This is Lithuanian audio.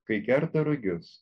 kai kerta rugius